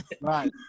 right